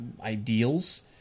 ideals